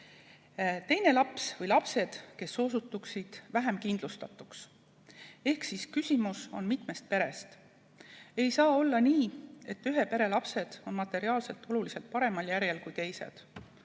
Teiseks, laps või lapsed, kes osutuksid vähem kindlustatuks, ehk küsimus on mitmes peres. Ei saa olla nii, et ühe pere lapsed on materiaalselt oluliselt paremal järjel kui teised.